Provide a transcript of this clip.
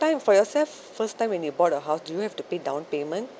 time for yourself first time when you bought a house do you have to pay down payment